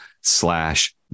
slash